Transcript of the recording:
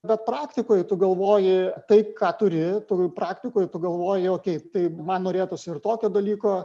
bet praktikoj tu galvoji tai ką turi praktikoje tu pagalvoji okei taip man norėtųsi ir tokio dalyko